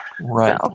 right